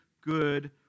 good